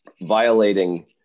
violating